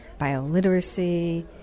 Bioliteracy